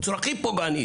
בצורה הכי פוגענית,